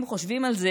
אם חושבים על זה,